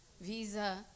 visa